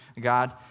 God